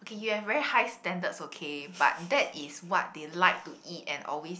you have very high standards okay but that is what they like to eat and always